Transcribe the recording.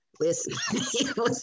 listen